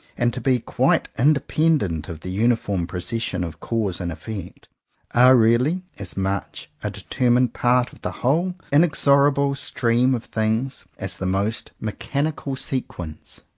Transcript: and to be quite independent of the uniform procession of cause and effect, are really as much a determined part of the whole in exorable stream of things as the most mechanical sequences.